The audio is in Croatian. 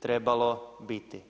trebalo biti.